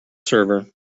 server